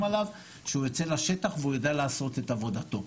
עליו שהוא יוצא לשטח והוא יודע לעשות את עבודתו.